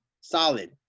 solid